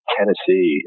Tennessee